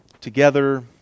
together